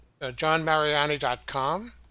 johnmariani.com